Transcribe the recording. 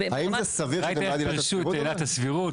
ראיתי איך פירשו את עילת הסבירות,